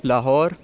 Lahore